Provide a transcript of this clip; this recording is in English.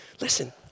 listen